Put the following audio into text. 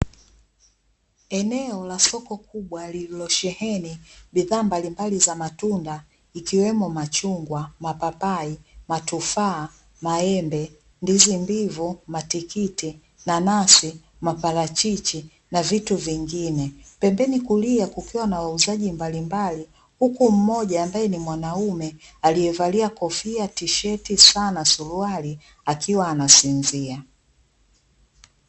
Eneo la soko kubwa lililosheheni bidhaa mbalimbali za matunda ikiwemo; machungwa, mapapai, matufaa, maembe, ndizi mbivu, matikiti, nanasi, maparachichi na vitu vingine, pembeni kulia kukiwa na wauzaji mbalimbali, huku mmoja ambaye ni mwanaume aliyevalia kofia, tisheti, saa na suruali akiwa anasinzia.